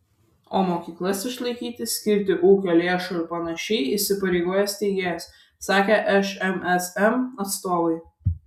o mokyklas išlaikyti skirti ūkio lėšų ir panašiai įsipareigoja steigėjas sakė šmsm atstovai